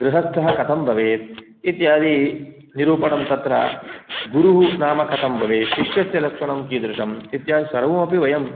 गृहस्थः कथं भवेत् इत्यादि निरूपणं तत्र गुरुः नाम कथं भवेत् शिष्यस्य लक्षणं किम् इत्यादिसर्वमपि वयं